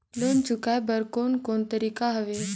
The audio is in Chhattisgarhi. लोन चुकाए बर कोन कोन तरीका हवे?